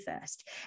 first